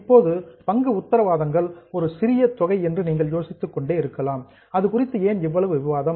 இப்போது பங்கு உத்தரவாதங்கள் ஒரு சிறிய தொகை என்று நீங்கள் யோசித்துக் கொண்டே இருக்கலாம் அது குறித்து ஏன் இவ்வளவு விவாதம்